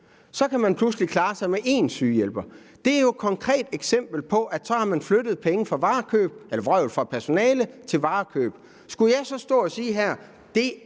så kan man pludselig klare sig med én sygehjælper. Det er jo et konkret eksempel på, at man har flyttet penge fra personale til varekøb. Skulle jeg så stå her og sige, at det er